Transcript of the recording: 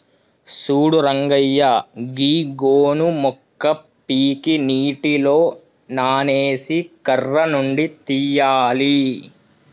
సూడు రంగయ్య గీ గోను మొక్క పీకి నీటిలో నానేసి కర్ర నుండి తీయాలి